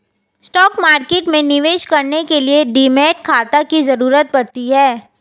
stock market में निवेश करने के लिए डीमैट खाता की जरुरत पड़ती है